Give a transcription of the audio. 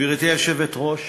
גברתי היושבת-ראש,